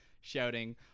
shouting